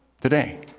today